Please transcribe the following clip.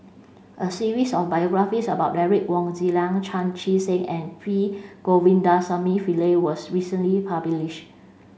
a series of biographies about Derek Wong Zi Liang Chan Chee Seng and P Govindasamy Pillai was recently published